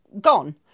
gone